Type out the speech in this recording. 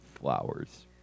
flowers